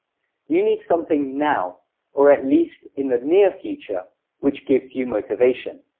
you need something now or at least, in the near future which gives you motivation.